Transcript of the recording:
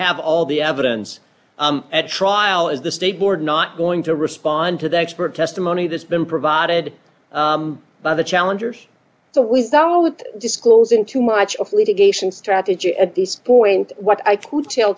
have all the evidence at trial is the state board not going to respond to the expert testimony that's been provided by the challengers so without disclosing too much of litigation strategy at this point what i could tell